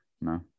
No